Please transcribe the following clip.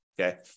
Okay